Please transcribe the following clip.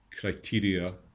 criteria